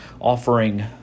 offering